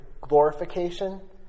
glorification